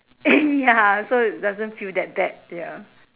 ya so it doesn't feel that bad ya